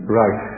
right